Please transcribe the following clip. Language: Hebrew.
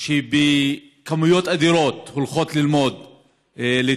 שיכולות להגיע לכל